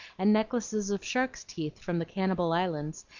and necklaces of shark's teeth, from the cannibal islands,